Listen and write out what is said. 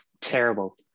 terrible